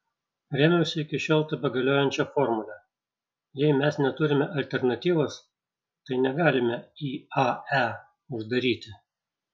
rėmiausi iki šiol tebegaliojančia formule jei mes neturime alternatyvos tai negalime iae uždaryti